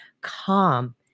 calm